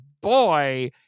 boy